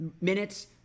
minutes